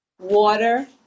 Water